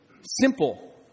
Simple